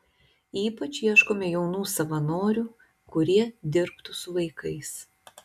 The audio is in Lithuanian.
ypač ieškome jaunų savanorių kurie dirbtų su vaikais